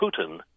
Putin